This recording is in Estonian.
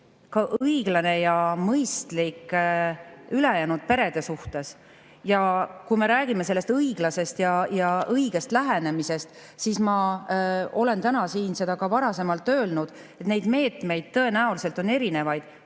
õiglane ja mõistlik ülejäänud perede suhtes. Kui me räägime õiglasest ja õigest lähenemisest, siis ma olen täna siin seda ka varasemalt öelnud, et neid meetmeid tõenäoliselt on erinevaid,